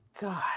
God